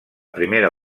primera